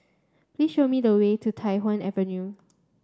please show me the way to Tai Hwan Avenue